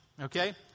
Okay